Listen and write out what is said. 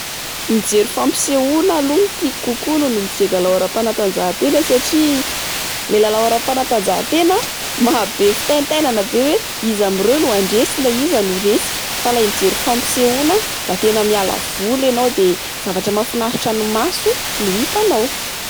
Mijery fampisehoana aloa no tiako kokoa noho ny mijery lalao ara-panatanjahantena. Satria ilay lalao ara-panatanjahantena maha-be fitaitainana be. Hoe iza amreo no handresy na iza no ho resy. Fa le mijery fampisehoana mba tena miala voly enao de zavatra mafinaritra ny maso no hitanao.